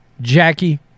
Jackie